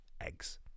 eggs